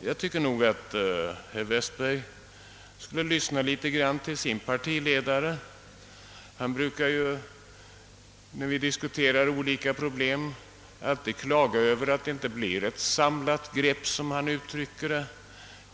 Jag tycker att herr Westberg skulle lyssna litet grand till sin partiledare. Denne brukar ju, när vi diskuterar olika problem, alltid klaga över att det inte blir ett samlat grepp, som han uttrycker det.